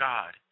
God